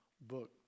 book